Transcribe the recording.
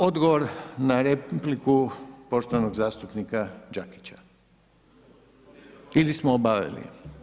Odgovor na repliku poštovanog zastupnika Đakića, ili smo obavili?